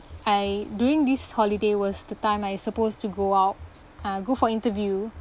I during this holiday was the time I supposed to go out uh go for interview